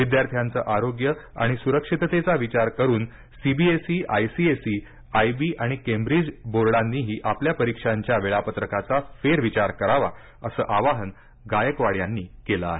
विद्यार्थ्यांचं आरोग्य आणि सुरक्षिततेचा विचार करून सीबीएसई आयसीएसई आयबी आणि केंब्रिज बोर्डांनीही आपल्या परीक्षांच्या वेळापत्रकाचा फेरविचार करावा असं आवाहन गायकवाड यांनी केल आहे